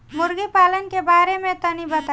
मुर्गी पालन के बारे में तनी बताई?